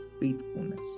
faithfulness